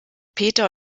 peter